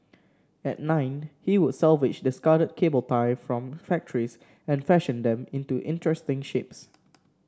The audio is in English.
at nine he would salvage discarded cable tie from factories and fashion them into interesting shapes